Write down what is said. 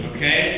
Okay